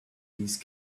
these